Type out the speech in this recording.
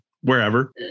wherever